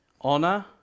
honor